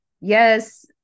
yes